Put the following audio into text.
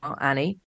Annie